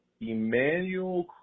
Emmanuel